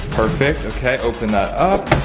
perfect, okay, open that up.